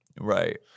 Right